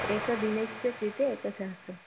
एकदिनस्य कृते एकसहस्रं